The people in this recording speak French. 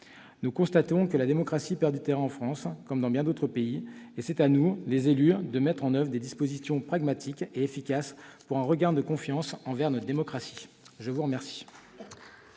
Nous constatons que la démocratie perd du terrain, en France comme dans bien d'autres pays, et c'est à nous, les élus, de mettre en oeuvre des dispositions pragmatiques et efficaces, pour un regain de confiance envers notre démocratie. La parole